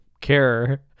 care